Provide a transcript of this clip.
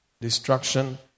Destruction